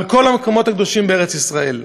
על כל המקומות הקדושים בארץ-ישראל.